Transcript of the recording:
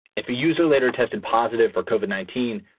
if a user later tested positive for cauvin nineteen,